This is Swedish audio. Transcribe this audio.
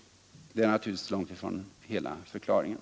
Men naturligtvis är det långt ifrån hela förklaringen.